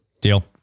deal